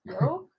No